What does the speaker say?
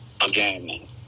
Again